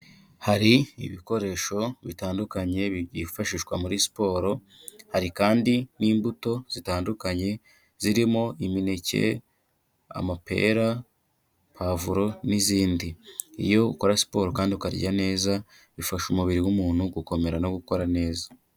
Hari ibikoresho bitandukanye byifashishwa muri siporo hari kandi n'imbuto zitandukanye, zirimo imineke, amapera, pavuro n'izindi. Iyo ukora siporo kandi ukarya neza bifasha umubiri w'umuntu gukomera no gukora neza.